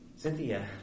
Cynthia